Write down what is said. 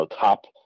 top